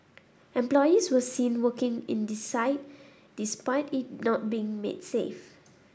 employees were seen working in the site despite it not being made safe